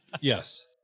Yes